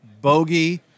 bogey